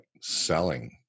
selling